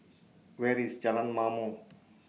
Where IS Jalan Ma'mor